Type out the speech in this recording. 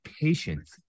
patience